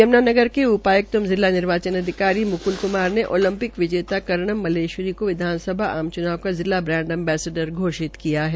यम्नानगर के उपायुक्त एवं जिला निर्वाचन अधिकारी मुकुल कुमार ने ओलंपिक विजेता कर्णम मल्लेश्वरी को विधानसभा आज चुनाव का जिला ब्रांड अंबसेंडर घोषित किया है